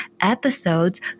episodes